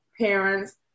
parents